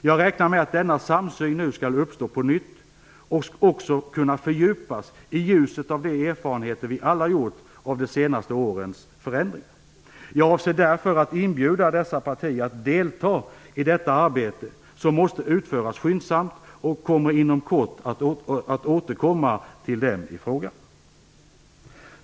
Jag räknar med att denna samsyn nu skall uppstå på nytt och också kunna fördjupas i ljuset av de erfarenheter vi alla gjort av de senaste årens förändringar. Jag avser därför att inbjuda dessa partier att delta i detta arbete - som måste utföras skyndsamt - och kommer inom kort att återkomma till dem i frågan.